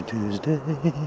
Tuesday